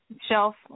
shelf